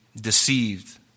deceived